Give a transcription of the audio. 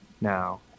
now